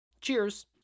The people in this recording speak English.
Cheers